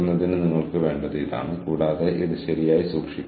ആര് തീരുമാനിക്കും എന്താണ് മതിയാവുന്നത്